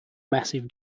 massive